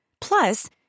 Plus